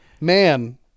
man